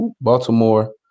Baltimore